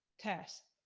tests,